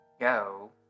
go